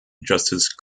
justice